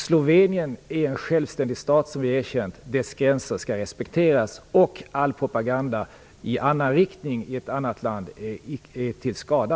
Slovenien är en självständig stat som är erkänd. Dess gränser skall respekteras, och all propaganda i annan riktning i ett annat land är till skada.